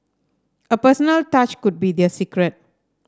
a personal touch could be their secret